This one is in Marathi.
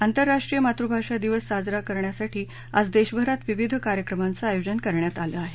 आंतरराष्ट्रीय मातृभाषा दिवस साजरा करण्यासाठी आज देशभरात विविध कार्यक्रमांचं आयोजन करण्यात आलं आहे